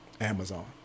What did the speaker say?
Amazon